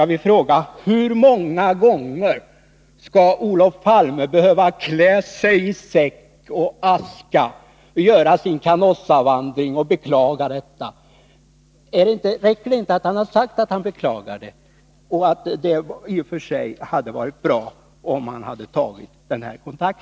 Jag vill fråga: Hur många gånger skall Olof Palme behöva klä sig i säck och aska, göra sin Canossavandring och beklaga detta? Räcker det inte med att han sagt att han beklagar det och att det i och för sig hade varit bra om han tagit kontakt med oppositionen?